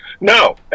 No